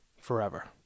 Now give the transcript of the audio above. forever